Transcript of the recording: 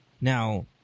now